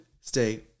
stay